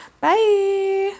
Bye